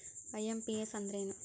IMPS ಅಂದ್ರ ಏನು?